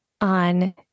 on